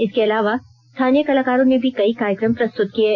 इसके अलावा स्थानीय कलाकारों ने भी कई कार्यक्रम प्रस्तुत किये